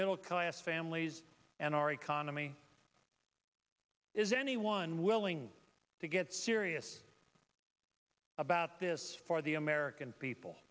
middle class families and our economy is anyone willing to get serious about this for the american people